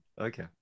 okay